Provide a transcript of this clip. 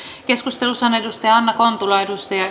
keskustelussa on anna kontula